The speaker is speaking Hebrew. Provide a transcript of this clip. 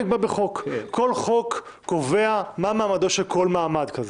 כל חוק קובע מה מעמדו של כל מעמד כזה,